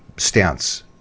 Stance